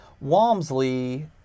Walmsley